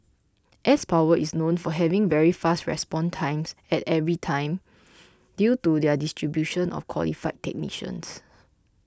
s Power is known for having very fast response times at every time due to their distribution of qualified technicians